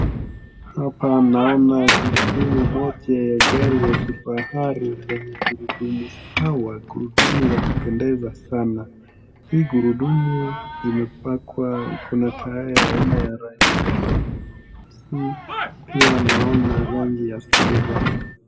Hapa naona gurudumu moja ya gari ya kifahari la migurudumu sawa, gurudumu ya kupendeza sana. Hii gurudumu imepakwa iko na tire aina ya rangi ya nyeusi pia naona rangi ya silver .